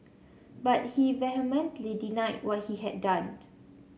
but he vehemently denied what he had downed